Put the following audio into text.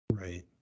Right